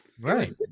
right